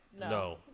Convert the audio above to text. No